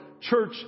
church